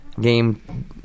Game